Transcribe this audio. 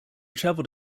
traveled